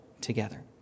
together